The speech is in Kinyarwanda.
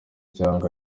cyangwa